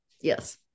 yes